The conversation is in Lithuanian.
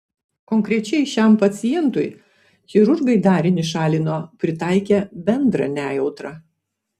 konkrečiai šiam pacientui chirurgai darinį šalino pritaikę bendrą nejautrą